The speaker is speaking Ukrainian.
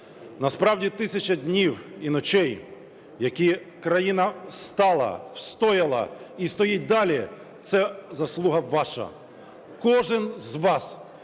Насправді 1000 днів і ночей, які країна стала, встояла і стоїть далі, – це заслуга ваша. Кожен з вас,